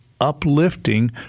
uplifting